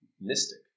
mystic